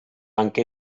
anche